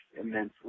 immensely